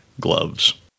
gloves